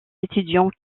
étudiants